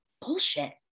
bullshit